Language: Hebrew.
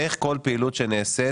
איך כל פעילות שנעשית